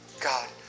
God